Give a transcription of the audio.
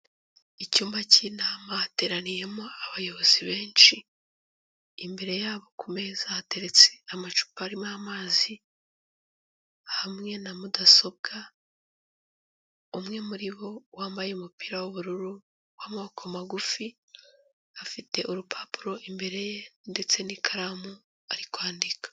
Icyumba cy'inama hateraniyemo abayobozi benshi, imbere ya bo ku meza hateretse amacupa arimo amazi hamwe na mudasobwa; umwe muri bo wambaye umupira w'ubururu w'amaboko magufi, afite urupapuro imbere ye ndetse n'ikaramu ari kwandika.